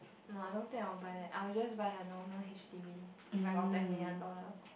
no I don't think I'll buy that I'll just buy a normal H_D_B if I got ten million dollar